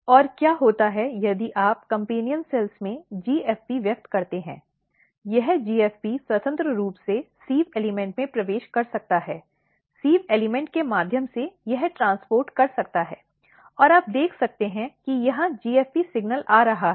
और क्या होता है यदि आप कम्पेन्यन कोशिकाओं में GFP व्यक्त करते हैं यह GFP स्वतंत्र रूप से सिव एल्इमॅन्ट में प्रवेश कर सकता है सिव एल्इमॅन्ट के माध्यम से यह ट्रांसपोर्ट कर सकता है और आप देख सकते हैं कि यहां GFP सिग्नल आ रहा है